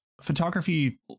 photography